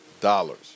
dollars